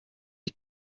die